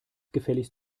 gefälligst